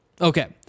okay